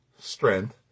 strength